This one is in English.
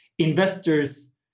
investors